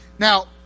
Now